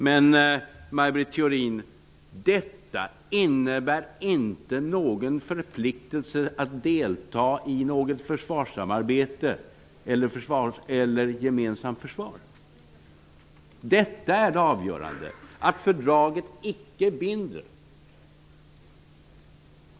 Men detta innebär inte -- Maj Britt Theorin -- någon förpliktelse att delta i något försvarssamarbete eller ett gemensamt försvar. Det avgörande är att fördraget icke binder.